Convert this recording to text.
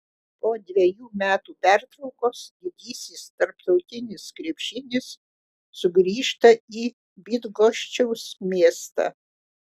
po dvejų metų pertraukos didysis tarptautinis krepšinis sugrįžta į bydgoščiaus miestą